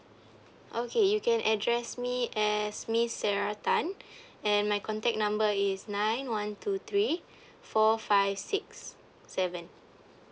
okay you can address me as miss sarah tan and my contact number is nine one two three four five six seven